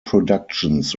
productions